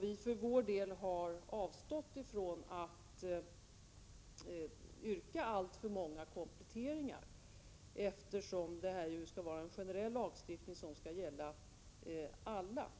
Vi för vår del har avstått från att yrka på alltför många kompletteringar, eftersom detta är en generell lagstiftning, som skall gälla alla.